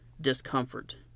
discomfort